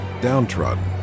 downtrodden